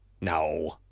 no